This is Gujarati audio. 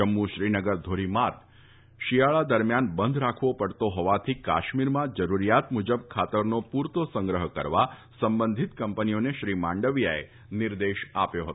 જમ્મુ શ્રીનગર ધોરીમાર્ગ શીયાળા દરમ્યાન બંધ રાખવો પડતો હોવાથી કાશ્મીરમાં જરૂરીયાત મુજબ ખાતરનો પુરતો સંગ્રહ કરવા સંબંધીત કંપનીઓને શ્રી માંડવીયાએ નિર્દેશ આપ્યો હતો